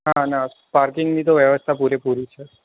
ના ના પાર્કિંગની તો વ્યવસ્થા પૂરે પૂરી છે